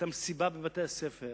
את המסיבות בבתי-הספר,